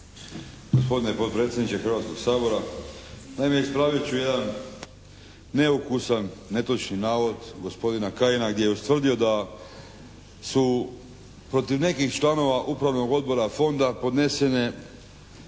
Gospodine potpredsjedniče Hrvatskog sabora. Naime, ispravit ću jedan neukusan netočni navod gospodina Kajina gdje je ustvrdio da su protiv nekih članova Upravnog odbora Fonda podnesene